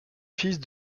fils